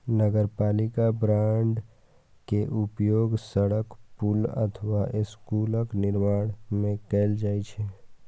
नगरपालिका बांड के उपयोग सड़क, पुल अथवा स्कूलक निर्माण मे कैल जाइ छै